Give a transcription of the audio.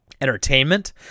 entertainment